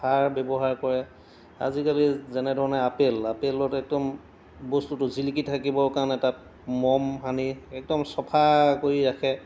সাৰ ব্যৱহাৰ কৰে আজিকালি যেনেধৰণে আপেল আপেলত একদম বস্তুটো জিলিকি থাকিবৰ কাৰণে তাত মম সানি একদম চফা কৰি ৰাখে